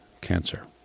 cancer